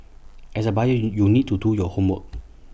as A buyer you you need to do your homework